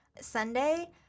Sunday